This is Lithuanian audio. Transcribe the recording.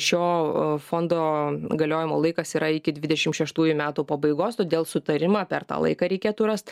šio fondo galiojimo laikas yra iki dvidešimt šeštųjų metų pabaigos todėl sutarimą per tą laiką reikėtų rast